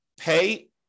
pay